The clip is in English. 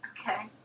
Okay